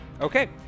Okay